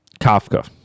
Kafka